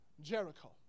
Jericho